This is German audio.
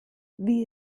wie